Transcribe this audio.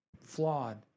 flawed